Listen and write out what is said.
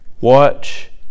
watch